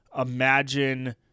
imagine